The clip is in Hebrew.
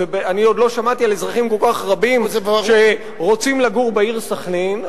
ואני עוד לא שמעתי על אזרחים כל כך רבים שרוצים לגור בעיר סח'נין,